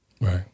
Right